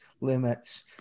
limits